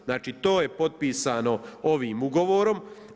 Znači to je potpisano ovim ugovorom.